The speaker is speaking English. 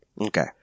Okay